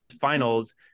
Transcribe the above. finals